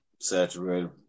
saturated